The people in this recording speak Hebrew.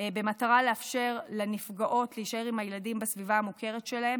במטרה לאפשר לנפגעות להישאר עם הילדים בסביבה המוכרת שלהן.